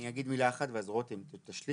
אני אגיד מילה אחת ואז רותם תשלים.